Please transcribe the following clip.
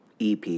EP